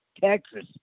Texas